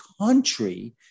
country